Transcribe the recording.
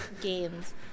games